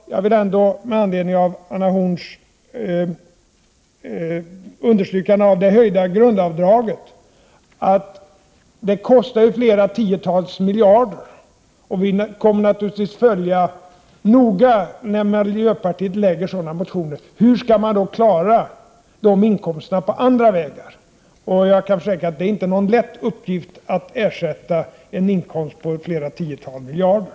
Men jag vill ändå med anledning av Anna Horn af Rantziens understrykande av det höjda grundavdraget framhålla att det kostar flera tiotals miljarder. Vi kommer naturligtvis att noga följa miljöpartiets motioner. Men hur skall vi klara de inkomsterna på andra vägar? Jag kan försäkra att det inte är någon lätt uppgift att ersätta en inkomst på flera tiotals miljarder.